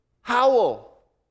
howl